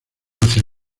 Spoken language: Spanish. hacia